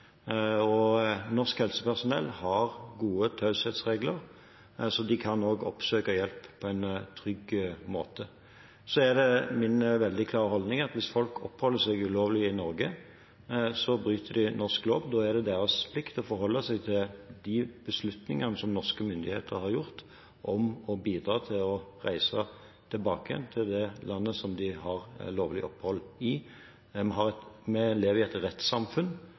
vente. Norsk helsepersonell har gode taushetsregler, så man kan oppsøke hjelp på en trygg måte. Det er min veldig klare holdning at hvis folk oppholder seg ulovlig i Norge, bryter de norsk lov, da er det deres plikt å forholde seg til de beslutningene som norske myndigheter har tatt om å bidra til å reise tilbake til det landet de har lovlig opphold i. Vi lever i et rettssamfunn